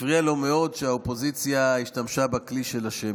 הפריע לו מאוד שהאופוזיציה השתמשה בכלי של השמיות.